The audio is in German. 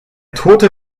tote